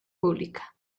pública